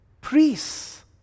priests